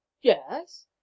yes